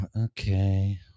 okay